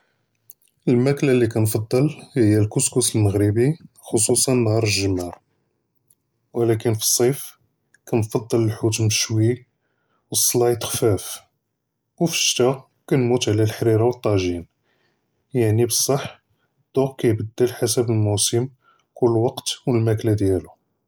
אֶלְמַאקְלַה אֶלְלִי כַּאנְפַדַּל הִיַּא אֶלְקְּסְקּוּס אֶלְמַרְבְּקִי חְ'וּסוּסַאן נְהַאר אֶלְגֻּמְעַה, וְלָקִין פִי אֶלְصִיף כַּאנְפַדַּל אֶלְחֻوت מְשׁוּי וְאֶסְסְלַאיְצ חְפָّاف, וּפִי אֶלְשִּׁטָּא כַּאנְמוּת עַלַא אֶלְחַרִירָה וְאֶלְטַּאג'ין, יַעְנִי בֶּל־صַּح אֶלְדּוּק קַאיְבְּדֶל חַסְבּ אֶלְמּוּסִים וְאֶלְווַקְת וְאֶלְמַאקְלַה דִּיַאלו.